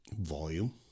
volume